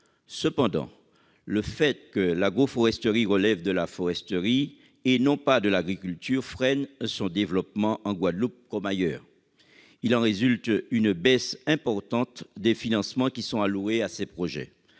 Cependant, le fait que l'agroforesterie relève de la foresterie, et non pas de l'agriculture, freine son développement, en Guadeloupe comme ailleurs. Il en résulte une baisse importante des financements alloués à ces projets.